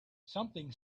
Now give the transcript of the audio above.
something